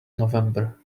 november